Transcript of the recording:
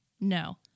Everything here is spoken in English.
No